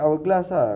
wait so so